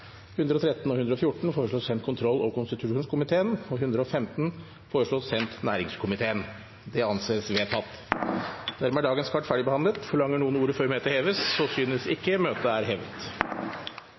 5 og 6 var interpellasjoner. Dermed er dagens kart ferdigbehandlet. Forlanger noen ordet før møtet heves? – Så synes